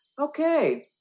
Okay